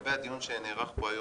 לגבי הדיון שנערך פה היום,